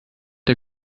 der